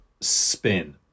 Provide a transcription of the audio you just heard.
spin